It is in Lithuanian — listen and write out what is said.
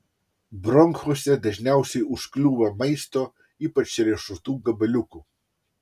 bronchuose dažniausiai užkliūva maisto ypač riešutų gabaliukų